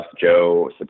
Joe